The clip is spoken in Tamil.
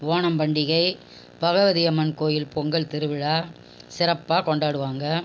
ஓணம் பண்டிகை பகவதி அம்மன் கோயில் பொங்கல் திருவிழா சிறப்பாக கொண்டாடுவாங்க